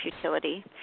futility